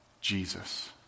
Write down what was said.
Jesus